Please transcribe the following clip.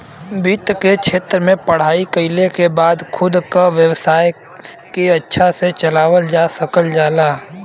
वित्त के क्षेत्र में पढ़ाई कइले के बाद खुद क व्यवसाय के अच्छा से चलावल जा सकल जाला